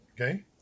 Okay